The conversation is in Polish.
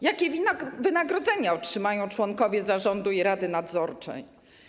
Jakie wynagrodzenia otrzymają członkowie zarządu i rady nadzorczej?